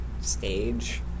stage